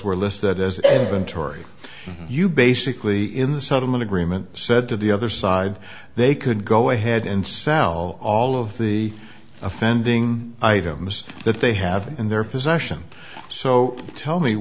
were listed as evan torrey you basically in the settlement agreement said to the other side they could go ahead and sell all of the offending items that they have in their possession so tell me